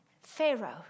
Pharaoh